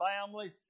family